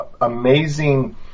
amazing